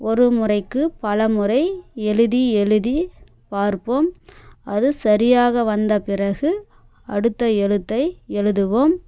ஒரு முறைக்கு பலமுறை எழுதி எழுதி பார்ப்போம் அது சரியாக வந்த பிறகு அடுத்த எழுத்தை எழுதுவோம்